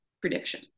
prediction